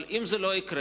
אבל אם זה לא יקרה,